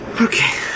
Okay